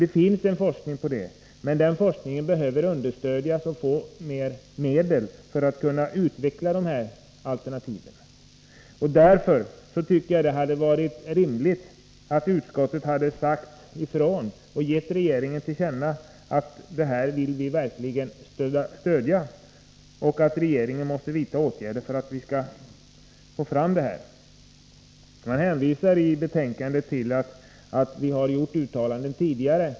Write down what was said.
Det finns en forskning om detta, men den forskningen behöver understödjas och få mer medel för att kunna utveckla dessa alternativ. Därför tycker jag att det hade varit rimligt att utskottet sagt ifrån och att riksdagen hade gett regeringen till känna att vi verkligen vill stödja denna verksamhet och uppmana regeringen att vidta åtgärder. Utskottet hänvisar i betänkandet till att riksdagen har gjort uttalanden tidigare.